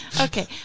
Okay